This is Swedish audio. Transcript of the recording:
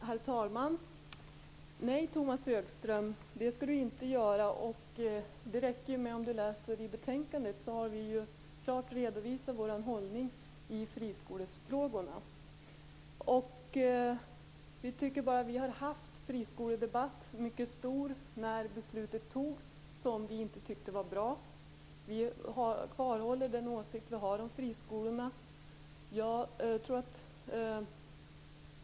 Herr talman! Nej, det skall Tomas Högström inte göra. Det räcker med att läsa i betänkandet, där vi klart har redovisat vår hållning i friskolefrågorna. Det fördes en mycket stor friskoledebatt vid antagandet av friskolebeslutet, som vi inte tyckte var bra. Vi håller fast vid den åsikt som vi har om friskolorna.